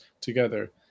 together